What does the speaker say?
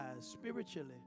spiritually